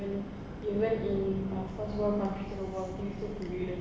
and they went in first world country